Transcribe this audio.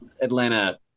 Atlanta